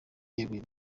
yaguye